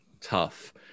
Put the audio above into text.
tough